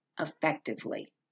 effectively